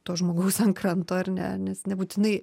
to žmogaus ant kranto ar ne nes nebūtinai